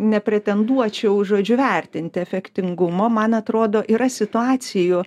nepretenduočiau žodžiu vertinti efektingumo man atrodo yra situacijų